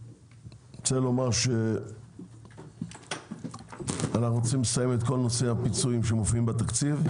אני רוצה לומר שאנחנו רוצים לסיים את כל נושא הפיצויים שמופיע בתקציב.